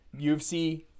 UFC